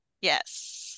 yes